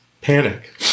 panic